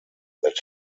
that